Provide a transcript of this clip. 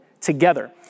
together